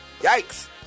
Yikes